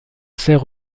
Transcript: sert